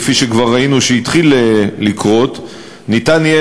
כפי שכבר ראינו שהתחיל לקרות: יהיה